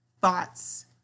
Thoughts